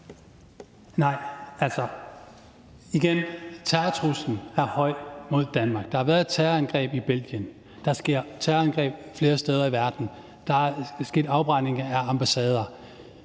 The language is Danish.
jeg vil sige igen: Terrortruslen er høj mod Danmark. Der har været et terrorangreb i Belgien; der sker terrorangreb flere steder i verden; der er sket afbrændinger af ambassader.